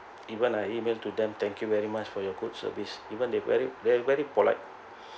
even I email to them thank you very much for your good service even they very they're very polite